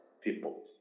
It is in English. people